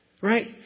Right